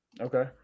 Okay